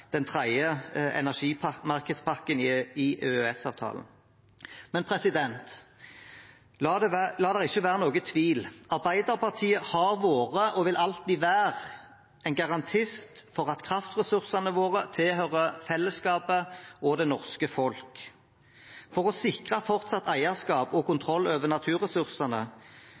den tredje energimarkedspakken i EØS-avtalen. Men la det ikke være noen tvil: Arbeiderpartiet har vært og vil alltid være en garantist for at kraftressursene våre tilhører fellesskapet og det norske folk. For å sikre fortsatt eierskap og kontroll over naturressursene